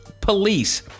police